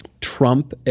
Trump